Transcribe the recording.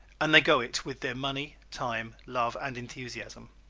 and they go it with their money, time, love and enthusiasm.